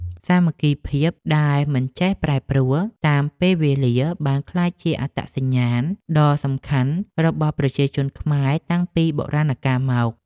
សាមគ្គីភាពដែលមិនចេះប្រែប្រួលតាមពេលវេលាបានក្លាយជាអត្តសញ្ញាណដ៏សំខាន់របស់ប្រជាជនខ្មែរតាំងពីបុរាណមក។